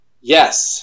Yes